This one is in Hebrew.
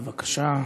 בבקשה.